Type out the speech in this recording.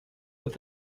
with